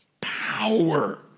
power